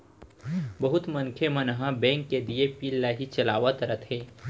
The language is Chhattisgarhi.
बहुत मनखे मन ह बेंक के दिये पिन ल ही चलावत रथें